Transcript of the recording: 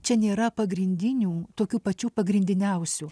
čia nėra pagrindinių tokių pačių pagrindiniausių